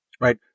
right